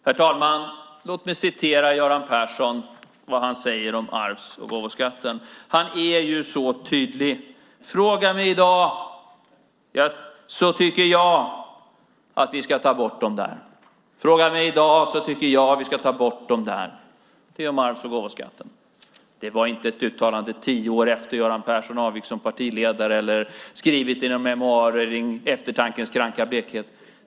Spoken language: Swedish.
Herr talman! Låt mig citera vad Göran Persson säger om arvs och gåvoskatten. Han är ju så tydlig. Fråga mig i dag så tycker jag att vi ska ta bort de där, säger han om arvs och gåvoskatten. Det var inte ett uttalande tio år efter det att Göran Persson avgick som partiledare och inte heller något som han skrivit i några memoarer i eftertankens kranka blekhet.